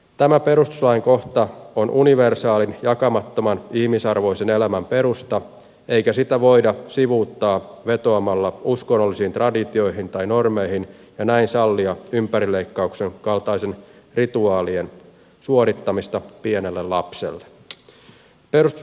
tämä perustuslain kohta on universaalin jakamattoman ihmisarvoisen elämän perusta eikä sitä voida sivuuttaa vetoamalla uskonnollisiin traditioihin tai normeihin ja näin sallia ympärileikkauksen kaltaisten rituaalien suorittamista pienelle lapselle